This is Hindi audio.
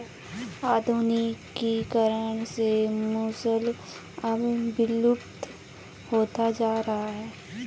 आधुनिकीकरण से मूसल अब विलुप्त होता जा रहा है